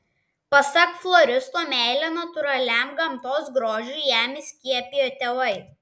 pasak floristo meilę natūraliam gamtos grožiui jam įskiepijo tėvai